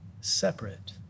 Separate